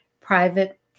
private